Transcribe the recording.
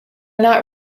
not